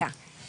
רגע, רגע.